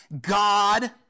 God